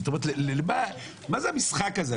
זאת אומרת, מה זה המשחק הזה?